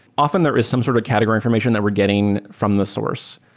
often, there is some sort of category information that we're getting from the source.